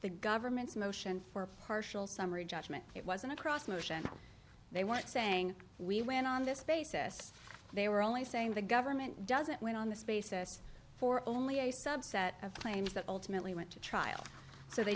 the government's motion for a partial summary judgment it was an across motion they weren't saying we win on this basis they were only saying the government doesn't win on this basis for only a subset of claims that ultimately went to trial so they